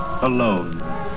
alone